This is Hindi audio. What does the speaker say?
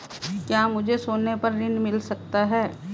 क्या मुझे सोने पर ऋण मिल सकता है?